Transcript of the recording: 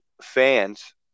fans